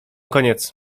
koniec